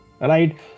right